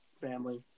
family